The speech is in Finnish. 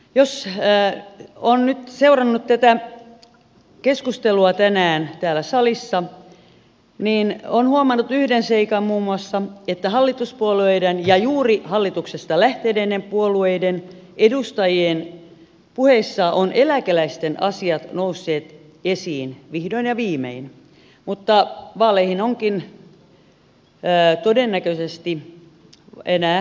jos on nyt seurannut tätä keskustelua tänään täällä salissa niin on huomannut muun muassa yhden seikan että hallituspuolueiden ja juuri hallituksesta lähteneiden puolueiden edustajien puheissa ovat eläkeläisten asiat nousseet esiin vihdoin ja viimein mutta vaaleihin onkin todennäköisesti enää seitsemän kuukautta